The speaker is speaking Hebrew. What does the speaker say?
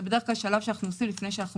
זה בדרך כלל שלב שאנחנו עושים לפני שאנחנו